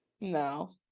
no